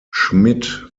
schmidt